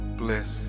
bliss